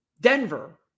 Denver